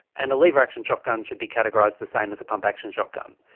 and a lever-action shotgun should be categorised the same as a pump-action shotgun.